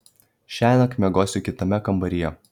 šiąnakt miegosiu kitame kambaryje